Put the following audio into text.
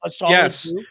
yes